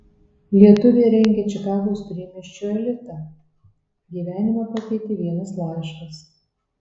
lietuvė rengia čikagos priemiesčio elitą gyvenimą pakeitė vienas laiškas